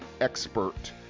expert